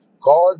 God